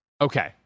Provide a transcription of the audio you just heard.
Okay